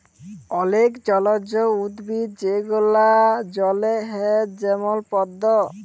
অলেক জলজ উদ্ভিদ যেগলা জলে হ্যয় যেমল পদ্দ